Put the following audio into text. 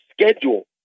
schedule